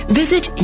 visit